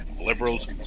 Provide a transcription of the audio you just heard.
liberals